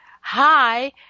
hi